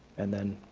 and then,